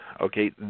Okay